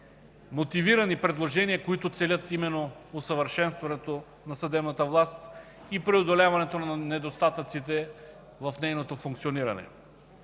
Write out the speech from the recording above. мотивирани предложения, които целят именно усъвършенстването на съдебната власт и преодоляването на недостатъците в нейното функциониране.